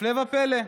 הפלא ופלא,